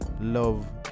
love